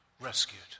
rescued